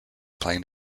plane